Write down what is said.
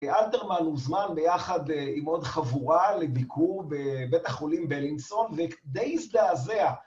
אלתרמן מוזמן ביחד עם עוד חבורה לביקור בבית החולים בלינסון ודי הזדעזע